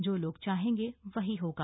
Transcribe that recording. जो लोग चाहेंगे वही होगा